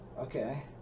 Okay